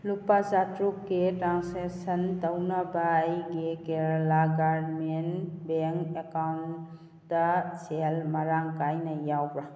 ꯂꯨꯄꯥ ꯆꯥꯇꯔꯨꯛꯀꯤ ꯇ꯭ꯔꯥꯟꯁꯦꯁꯟ ꯇꯧꯅꯕ ꯑꯩꯒꯤ ꯀꯦꯔꯂꯥ ꯒꯥꯔꯃꯤꯟ ꯕꯦꯡ ꯑꯦꯀꯥꯎꯟꯗ ꯁꯦꯜ ꯃꯔꯥꯡ ꯀꯥꯏꯅ ꯌꯥꯎꯕ꯭ꯔꯥ